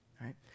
right